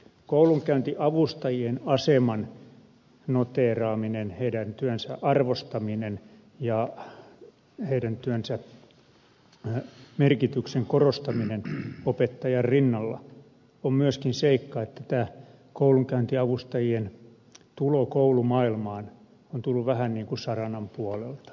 koulunkäyntiavustajien aseman noteeraamiseen heidän työnsä arvostamiseen ja heidän työnsä merkityksen korostamiseen opettajan rinnalla liittyy myöskin se seikka että tämä koulunkäyntiavustajien tulo koulumaailmaan on tullut vähän niin kuin sarananpuolelta